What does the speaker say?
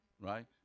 right